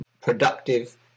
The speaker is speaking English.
productive